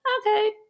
okay